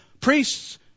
priests